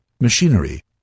machinery